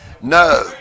No